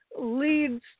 Leads